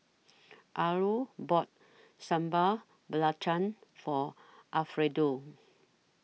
Arlo bought Sambal Belacan For Alfredo